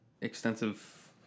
extensive